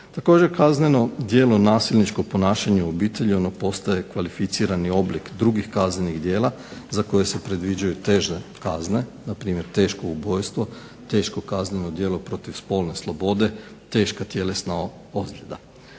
Također kazneno djelo nasilničkog ponašanja u obitelji ono postaje kvalificirani oblik drugih kaznenih djela za koje se predviđaju teže kazne. Na primjer teško ubojstvo, teško kazneno djelo protiv spolne slobode, teška tjelesna ozljeda.